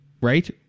right